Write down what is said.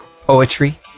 poetry